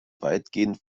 weitgehend